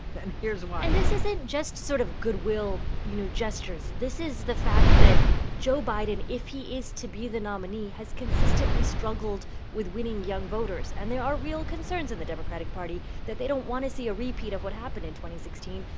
and here's why and this isn't just sort of goodwill, you know, gestures this is the fact that joe biden, if he is to be the nominee, has consistently struggled with winning young voters. and there are real concerns in the democratic party that they don't want to see a repeat of what happened and sixteen,